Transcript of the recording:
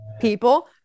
People